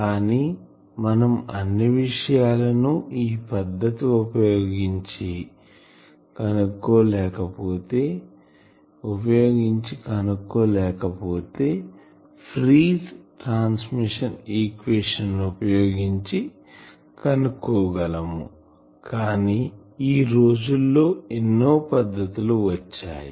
కానీ మనం అన్ని విషయాలను ఈ పద్ధతి వుపయోగించి కనుక్కోలేకపోతే ఫ్రీస్ ట్రాన్స్మిషన్ ఈక్వేషన్ ని ఉపయోగించి కనుక్కోగలము కానీ ఈ రోజుల్లో ఎన్నో పద్ధతులు వచ్చాయి